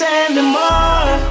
anymore